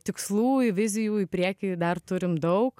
tikslų i vizijų į priekį dar turim daug